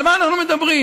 על מה אנחנו מדברים?